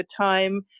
time